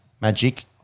Magic